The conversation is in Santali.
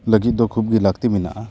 ᱞᱟᱹᱜᱤᱫ ᱫᱚ ᱠᱷᱩᱵᱽ ᱜᱮ ᱞᱟᱹᱠᱛᱤ ᱢᱮᱱᱟᱜᱼᱟ